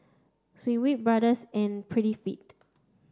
Schweppe Brothers and Prettyfit